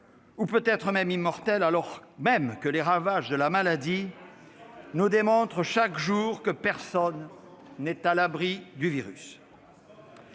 ou peut-être même immortels, alors que les ravages de la maladie nous démontrent chaque jour que personne n'est à l'abri du virus.